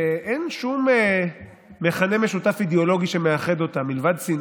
שאין שום מכנה משותף אידיאולוגי שמאחד אותה מלבד שנאה,